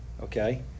Okay